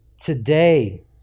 Today